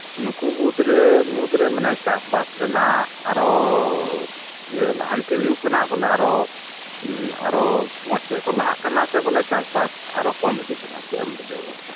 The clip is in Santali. ᱱᱩᱠᱩ ᱢᱩᱫᱽ ᱨᱮ ᱢᱟᱱᱮ ᱪᱟᱥᱵᱟᱥ ᱨᱮᱭᱟᱜ ᱟᱨᱚ ᱤᱭᱟᱹ ᱞᱟᱦᱟᱱᱛᱤ ᱦᱩᱭᱩᱜ ᱠᱟᱱᱟ ᱵᱚᱞᱮ ᱟᱨᱚ ᱟᱨᱚ ᱢᱚᱸᱡᱽ ᱥᱮᱫ ᱠᱚ ᱞᱟᱦᱟᱜ ᱠᱟᱱᱟ ᱥᱮ ᱵᱚᱞᱮ ᱪᱟᱥᱵᱟᱥ ᱟᱨᱚ ᱠᱚᱢ ᱤᱫᱤᱜ ᱠᱟᱱᱟ ᱪᱮᱫ ᱮᱢ ᱵᱩᱡᱷᱟᱹᱭᱮᱫᱟ